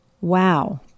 wow